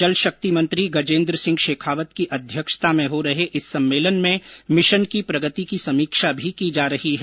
जल शक्ति मंत्री गजेन्द्र सिंह शेखावत की अध्यक्षता में हो रहे इस सम्मेलन में मिशन की प्रगति की समीक्षा भी की जा रही है